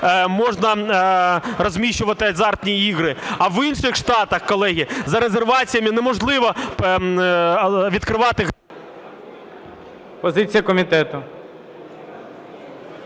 можна розміщувати азартні ігри. А в інших штатах, колеги, за резерваціями неможливо відкривати… ГОЛОВУЮЧИЙ. Позиція комітету.